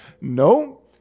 no